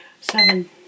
Seven